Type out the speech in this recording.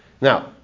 Now